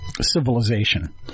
civilization